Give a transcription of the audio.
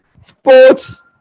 sports